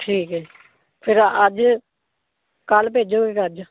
ਠੀਕ ਹੈ ਫਿਰ ਅੱਜ ਕੱਲ੍ਹ ਭੇਜੋਗੇ ਕਿ ਅੱਜ